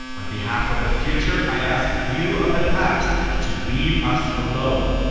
on behalf of the future i ask you of the past to leave us alone.